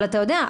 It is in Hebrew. אבל אתה יודע,